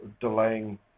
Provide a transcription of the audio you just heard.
delaying